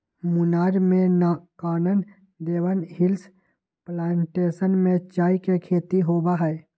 मुन्नार में Kanan Devan hills plantation में चाय के खेती होबा हई